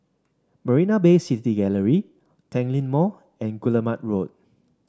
Marina Bay City Gallery Tanglin Mall and Guillemard Road